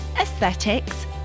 aesthetics